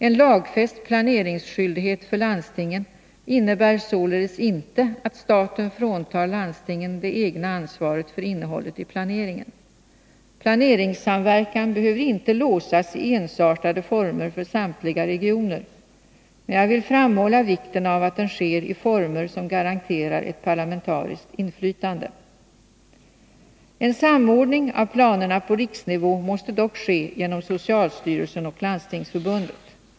En lagfäst planeringsskyldighet för landstingen innebär således inte att staten fråntar landstingen det egna ansvaret för innehållet i planeringen. Planeringssamverkan behöver inte låsas i ensartade former för samtliga regioner, men jag vill framhålla vikten av att den sker i former som garanterar ett parlamentariskt inflytande. En samordning av planerna på riksnivå måste dock ske genom socialstyrelsen och Landstingsförbundet.